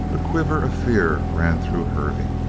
a quiver of fear ran through hervey.